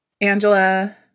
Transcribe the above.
Angela